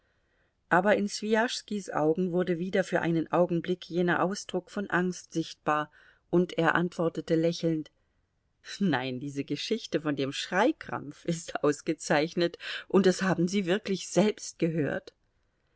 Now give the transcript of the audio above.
aber in swijaschskis augen wurde wieder für einen augenblick jener ausdruck von angst sichtbar und er antwortete lächelnd nein diese geschichte von dem schreikrampf ist ausgezeichnet und das haben sie wirklich selbst gehört